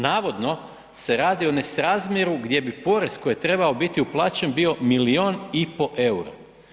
Navodno se radi o nesrazmjeru gdje bi porez koji je trebao biti uplaćen bio milijun i pol eura.